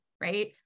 right